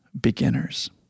beginners